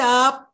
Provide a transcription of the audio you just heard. up